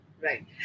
right